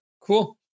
cool